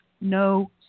no